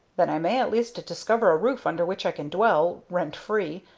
then i may at least discover a roof under which i can dwell, rent free,